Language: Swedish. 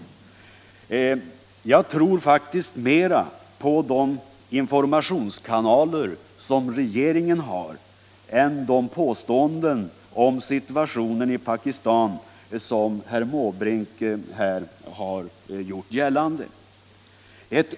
Jag tror faktiskt mera på de informationskanaler som regeringen har än på de påståenden om situationen i Pakistan som herr Måbrink här lämnat.